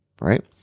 Right